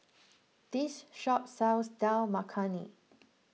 this shop sells Dal Makhani